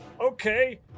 okay